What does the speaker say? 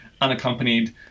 unaccompanied